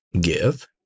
give